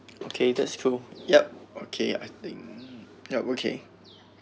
okay that's true yup okay I think yup okay